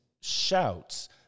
shouts